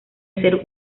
ser